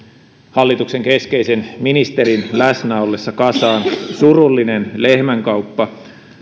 hallituksen keskeisen ministerin läsnä ollessa kasaan surullinen lehmänkauppa